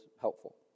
helpful